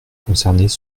concernées